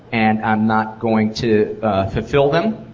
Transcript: and i'm not going to fulfill them.